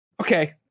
okay